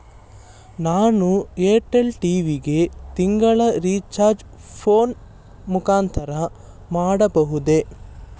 ನಾನು Airtel TV ಗೆ ತಿಂಗಳ ರಿಚಾರ್ಜ್ ಫೋನ್ ಮುಖಾಂತರ ಮಾಡಬಹುದೇ?